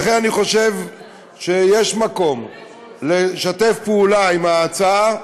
לכן, אני חושב שיש מקום לשתף פעולה בהצעה.